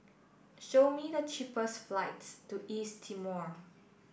show me the cheapest flights to East Timor